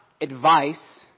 advice